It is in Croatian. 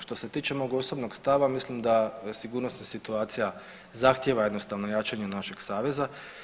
Što se tiče mog osobnog stava, mislim da sigurnosna situacija zahtjeva jednostavno jačanje našeg saveza.